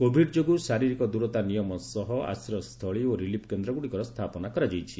Covid ଯୋଗୁଁ ଶାରିରୀକ ଦୂରତା ନିୟମ ସହ ଆଶ୍ରୟସ୍ଥଳୀ ଓ ରିଲିଫ କେନ୍ଦ୍ରଗୁଡ଼ିକ ସ୍ଥାପନ କରାଯାଇଛି